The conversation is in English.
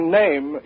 name